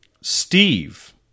Steve